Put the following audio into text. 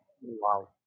wow